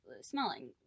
smelling